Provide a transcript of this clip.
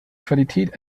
qualität